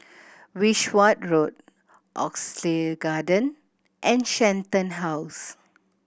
Wishart Road Oxley Garden and Shenton House